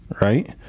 right